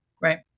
Right